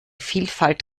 vielfalt